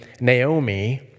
Naomi